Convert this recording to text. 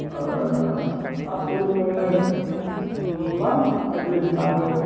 ना थुरि मोनो गोबां बायदि बायदि ना मोनो